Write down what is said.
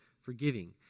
forgiving